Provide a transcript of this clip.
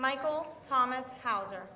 michael thomas hauser